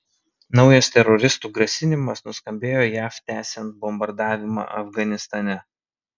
naujas teroristų grasinimas nuskambėjo jav tęsiant bombardavimą afganistane